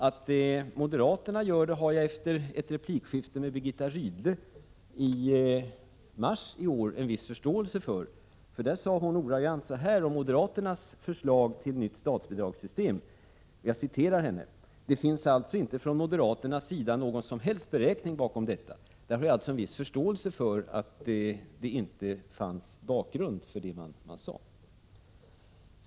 Att moderaterna gör det har jag efter ett replikskifte med Birgitta Rydle i mars i år en viss förståelse för. Där sade hon ordagrant om moderaternas förslag till nytt statsbidragssystem: ”Det finns alltså inte från moderaternas sida någon som helst beräkning bakom detta”. Därför har jag en viss förståelse för att det inte fanns bakgrund för det man sade.